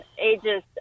ages